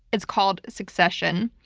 it's called succession.